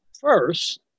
First